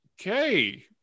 okay